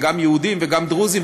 גם יהודים וגם דרוזים,